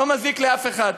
לא מזיק לאף אחד.